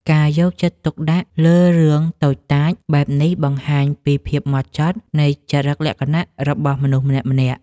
ការយកចិត្តទុកដាក់លើរឿងតូចតាចបែបនេះបង្ហាញពីភាពហ្មត់ចត់នៃចរិតលក្ខណៈរបស់មនុស្សម្នាក់ៗ។